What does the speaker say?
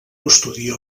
custodia